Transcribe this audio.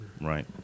Right